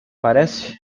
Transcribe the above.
parece